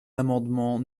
l’amendement